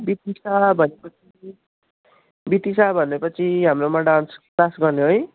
बितिसा बितिसा भनेपछि हाम्रोमा डान्स क्लास गर्ने है